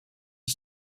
you